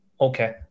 Okay